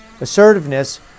assertiveness